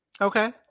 Okay